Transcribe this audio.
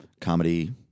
comedy